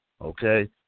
Okay